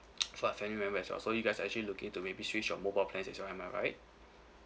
for your family member as well so you guys are actually looking to maybe switch your mobile plan as well am I right